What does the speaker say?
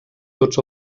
tots